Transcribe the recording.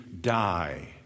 die